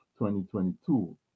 2022